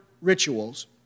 rituals